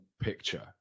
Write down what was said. picture